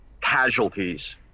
casualties